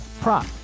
prop